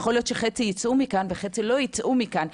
יכול להיות שחצי יצאו מכאן וחצי לא יצאו מכאן,